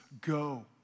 Go